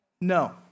No